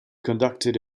conducted